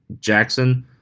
Jackson